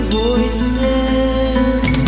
voices